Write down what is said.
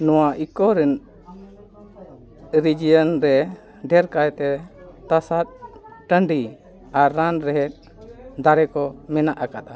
ᱱᱚᱣᱟ ᱤᱠᱳ ᱨᱮᱱ ᱨᱮᱡᱤᱭᱚᱱ ᱨᱮ ᱰᱷᱮᱹᱨ ᱠᱟᱭᱛᱮ ᱛᱟᱥᱟᱫ ᱴᱟᱺᱰᱤ ᱟᱨ ᱨᱟᱱ ᱨᱮᱦᱮᱫ ᱫᱟᱨᱮ ᱠᱚ ᱢᱮᱱᱟᱜ ᱟᱠᱟᱫᱟ